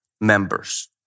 members